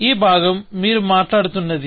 ఈ భాగం మీరు మాట్లాడుతున్నది